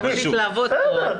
נמשיך לעבוד ואז יהיה אפשר --- בסדר.